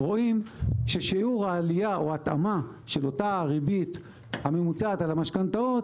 רואים ששיעור ההתאמה של הריבית הממוצעת על המשכנתאות,